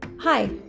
Hi